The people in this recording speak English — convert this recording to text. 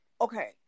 okay